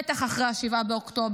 בטח אחרי 7 באוקטובר.